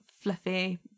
fluffy